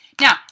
Now